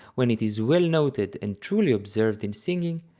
when it is well noted and truly observed in singing,